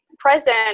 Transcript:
present